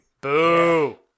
Boo